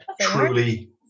truly